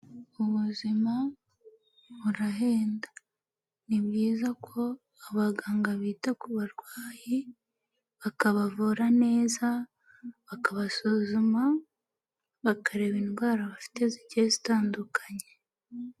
Ubuzima burahenda, ni byiza ko abaganga bita ku barwayi, bakabavura neza, bakabasuzuma, bakareba indwara bafite zigiye zitandukanye.